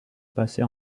passés